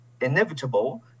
inevitable